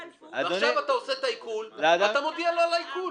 ועכשיו אתה עושה את העיקול ואתה מודיע לו על העיקול.